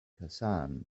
hassan